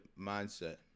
mindset